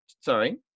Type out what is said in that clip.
sorry